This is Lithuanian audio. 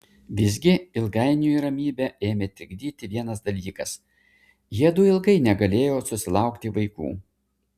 visgi ilgainiui ramybę ėmė trikdyti vienas dalykas jiedu ilgai negalėjo susilaukti vaikų